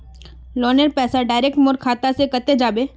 लोनेर पैसा डायरक मोर खाता से कते जाबे?